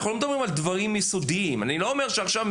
אנחנו לא מדברים על דברים יסודיים; אני לא אומר שמנהל